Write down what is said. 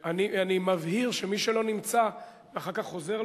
אני מבהיר שמי שלא נמצא ואחר כך חוזר,